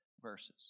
verses